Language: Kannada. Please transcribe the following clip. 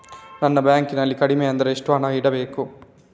ನಮ್ಮ ಬ್ಯಾಂಕ್ ನಲ್ಲಿ ಕಡಿಮೆ ಅಂದ್ರೆ ಎಷ್ಟು ಹಣ ಇಡಬೇಕು?